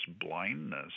blindness